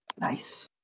Nice